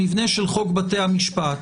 במבנה של חוק בתי המשפט,